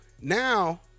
now